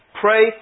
Pray